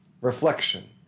Reflection